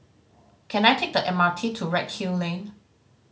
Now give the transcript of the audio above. can I take the M R T to Redhill Lane